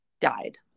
died